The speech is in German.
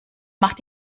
macht